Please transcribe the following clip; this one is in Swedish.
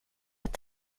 att